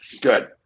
Good